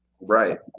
right